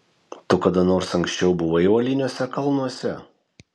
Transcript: tu kada nors anksčiau buvai uoliniuose kalnuose